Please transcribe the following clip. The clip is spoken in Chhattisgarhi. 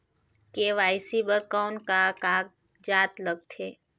के.वाई.सी बर कौन का कागजात लगथे?